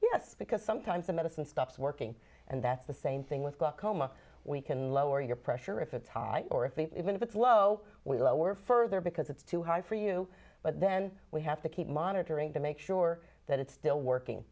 again because sometimes the medicine stops working and that's the same thing with glaucoma we can lower your pressure if it's high or if it when it's low we lower further because it's too high for you but then we have to keep monitoring to make sure that it's still working